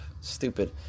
stupid